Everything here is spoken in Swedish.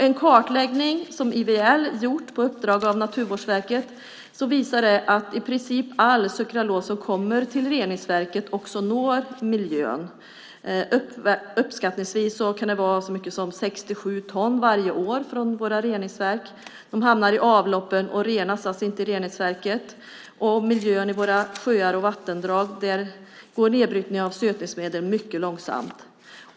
En kartläggning som IVL gjort på uppdrag av Naturvårdsverket visar att i princip all sukralos som kommer till reningsverken når miljön. Uppskattningsvis kan så mycket som 6-7 ton från våra reningsverk varje år hamna i avloppen - alltså utan rening i reningsverket. I miljön i våra sjöar och vattendrag går nedbrytningen av sötningsmedel mycket långsamt.